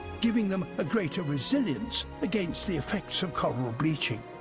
giving them a greater resilience against the effects of coral bleaching.